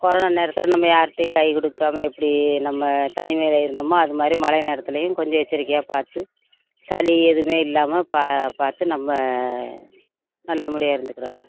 corona நேரத்தில் நம்ம யாருட்டையும் கை கொடுக்காம எப்படி நம்ம தனிமையில் இருந்தோமோ அது மாதிரி மழை நேரத்துலேயும் கொஞ்சம் எச்சரிக்கையாக பார்த்து சளி எதுவுமே இல்லாமல் பா பார்த்து நம்ம நல்லபடியா இருந்துக்கிடணும்